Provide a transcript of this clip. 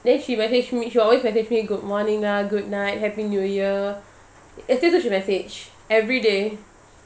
then she message me she will always message me good morning ah goodnight happy new year it's just such a message everyday